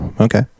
Okay